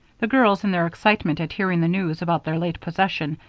the girls, in their excitement at hearing the news about their late possession,